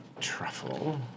truffle